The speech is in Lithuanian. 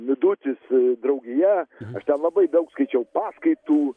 midutis draugija aš ten labai daug skaičiau paskaitų